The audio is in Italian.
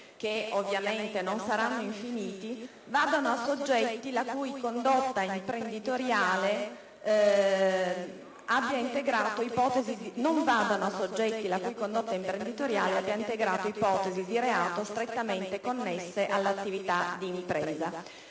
che ovviamente non saranno infiniti - non vadano a soggetti la cui condotta imprenditoriale abbia integrato ipotesi di reato strettamente connesse all'attività di impresa.